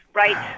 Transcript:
right